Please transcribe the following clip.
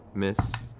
miss,